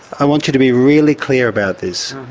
i want you to be really clear about this.